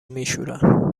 میشورن